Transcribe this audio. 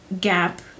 gap